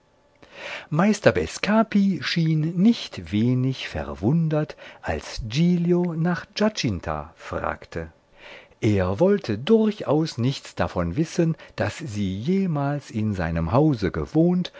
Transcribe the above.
meister bescapi schien nicht wenig verwundert als giglio nach giacinta fragte er wollte durchaus nichts davon wissen daß sie jemals in seinem hause gewohnt